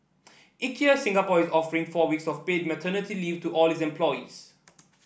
Ikea Singapore is offering four weeks of paid paternity leave to all its employees